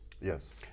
Yes